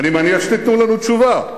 אני מניח שתיתנו לנו תשובה.